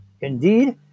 Indeed